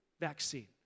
vaccine